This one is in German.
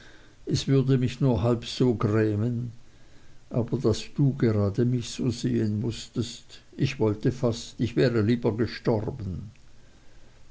es mich nur halb so grämen aber daß du grade mich so sehen mußtest ich wollte fast ich wäre lieber gestorben